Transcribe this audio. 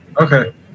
okay